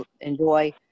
enjoy